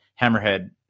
hammerhead